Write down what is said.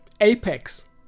Apex